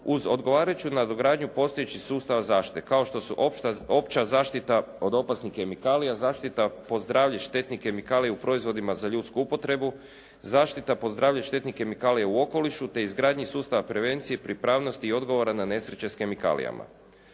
uz odgovarajuću nadogradnju postojećih sustava zaštite kao što su opća zaštita od opasnih kemikalija, zaštita po zdravlje štetnih kemikalija u proizvodima za ljudsku upotrebu, zaštita po zdravlje štetnih kemikalija u okolišu te izgradnji sustava prevencije pripravnosti i odgovora na nesreće s kemikalijama.